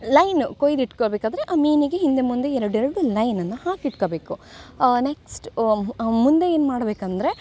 line ಕೊಯ್ದಿಟ್ಕ ಬೇಕಾದರೆ ಆ ಮೀನಿಗೆ ಹಿಂದೆ ಮುಂದೆ ಎರಡು ಎರಡು ಲೈನನ್ನು ಹಾಕಿ ಇಟ್ಕೊಬೇಕು ನೆಕ್ಸ್ಟ್ ಮುಂದೆ ಏನು ಮಾಡ್ಬೇಕಂದರೆ